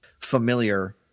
familiar